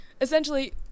essentially